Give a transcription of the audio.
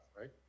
right